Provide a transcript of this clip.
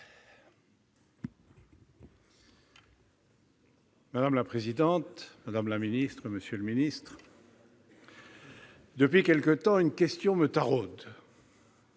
Madame la présidente, madame la ministre, monsieur le secrétaire d'État, depuis quelque temps, une question me taraude